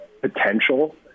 potential